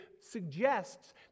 suggests